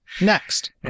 Next